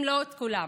אם לא את כולם.